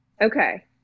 Okay